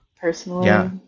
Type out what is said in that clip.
Personally